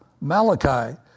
Malachi